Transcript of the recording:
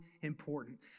important